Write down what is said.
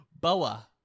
Boa